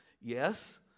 Yes